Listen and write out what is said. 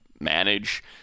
manage